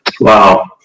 Wow